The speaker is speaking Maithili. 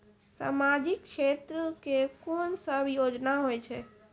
समाजिक क्षेत्र के कोन सब योजना होय छै?